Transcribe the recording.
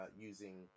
using